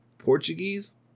portuguese